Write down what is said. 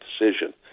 decision